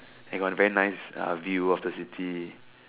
I got a very nice uh view of the city